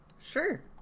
Sure